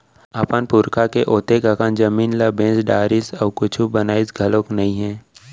अपन पुरखा के ओतेक अकन जमीन ल बेच डारिस अउ कुछ बनइस घलोक नइ हे